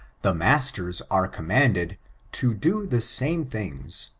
the masters are commanded to do the same things,